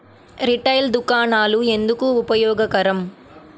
Retail దుకాణాలు ఎందుకు ఉపయోగకరం?